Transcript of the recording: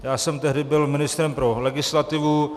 Já jsem tehdy byl ministrem pro legislativu.